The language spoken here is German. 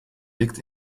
liegt